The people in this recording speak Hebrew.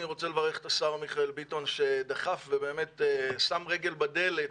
אני רוצה לברך את השר מיכאל ביטון שדחף ובאמת שם רגל בדלת